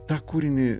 tą kūrinį